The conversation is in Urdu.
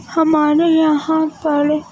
ہمارے یہاں پر